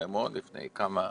מימון לפני כמה שבועות,